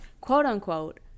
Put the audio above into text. quote-unquote